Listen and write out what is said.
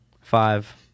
Five